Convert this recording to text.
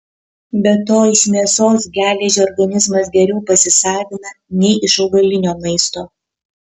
be to iš mėsos geležį organizmas geriau pasisavina nei iš augalinio maisto